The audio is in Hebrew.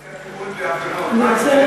נושא הטיפול בהפגנות, מה ההבדל?